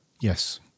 Yes